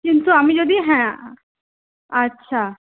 কিন্তু আমি যদি হ্যাঁ আচ্ছা